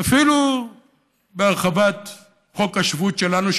אפילו בהרחבת חוק השבות שלנו,